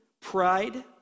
pride